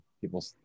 People